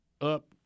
up